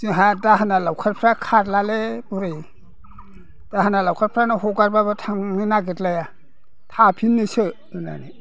जोंहा दाहोना लावखारफ्रा खारलालै बुरै दाहोना लावखारफ्रानो हगारब्लाबो थांनो नागिरलाया थाफिनोसो होननानै